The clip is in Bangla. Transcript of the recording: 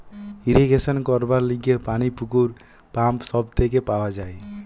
ইরিগেশন করবার লিগে পানি পুকুর, পাম্প সব থেকে পাওয়া যায়